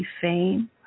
Fame